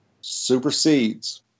supersedes